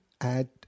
add